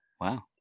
Wow